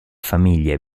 famiglie